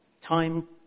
Time